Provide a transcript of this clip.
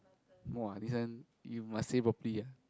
[wah] this one you must say properly ah